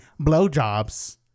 blowjobs